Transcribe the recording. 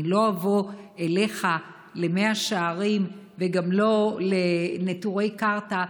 אני לא אבוא אליך למאה שערים וגם לא לנטורי קרתא,